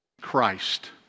Christ